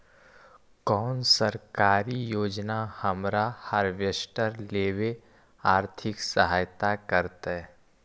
कोन सरकारी योजना हमरा हार्वेस्टर लेवे आर्थिक सहायता करतै?